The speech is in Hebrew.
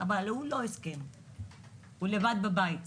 אבל הוא לא הסכים, הוא היה לבד בבית,